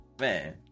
man